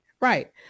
Right